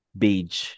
beige